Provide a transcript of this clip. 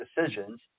decisions